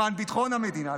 למען ביטחון המדינה,